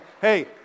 Hey